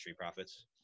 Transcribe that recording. Profits